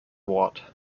ward